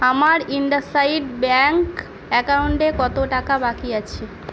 আমার IndusInd bank অ্যাকাউন্টে কত টাকা বাকি আছে